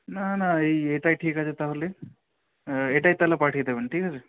না না এই এটাই ঠিক আছে তাহলে এটাই তাহলে পাঠিয়ে দেবেন ঠিক আছে